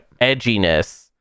edginess